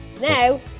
now